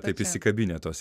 taip įsikabinę tos